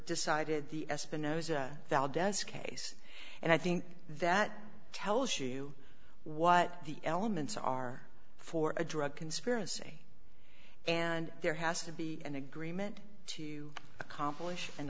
decided the espinosa valdez case and i think that tells you what the elements are for a drug conspiracy and there has to be an agreement to accomplish an